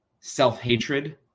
self-hatred